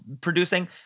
producing